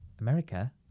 America